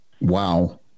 Wow